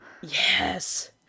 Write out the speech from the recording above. yes